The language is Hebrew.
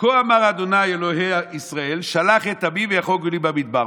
"כה אמר ה' אלהי ישראל שלח את עמי ויחגו לי במדבר".